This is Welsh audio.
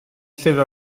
llyfr